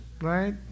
right